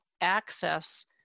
access